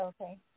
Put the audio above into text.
Okay